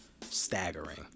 staggering